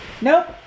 Nope